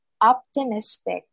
optimistic